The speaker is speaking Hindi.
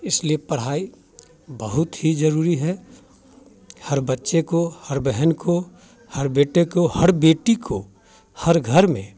इसलिए पढ़ाई बहुत ही जरूरी है हर बच्चे को हर बहन को हर बेटे को हर बेटी को हर घर में